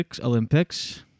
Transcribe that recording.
Olympics